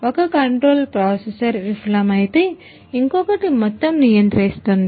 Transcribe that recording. ఒక control processor విఫలమైతే ఇంకొకటి మొత్తం నియంత్రిస్తుంది